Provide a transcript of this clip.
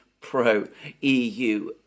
pro-EU